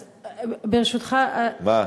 ברשותך, מה?